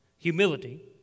Humility